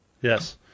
Yes